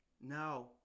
Now